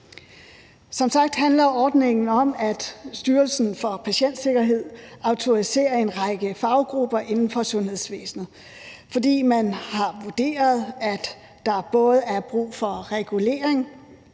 Som sagt handler ordningen om, at Styrelsen for Patientsikkerhed autoriserer en række faggrupper inden for sundhedsvæsenet, fordi man har vurderet, at der er brug for både regulering